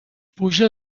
puja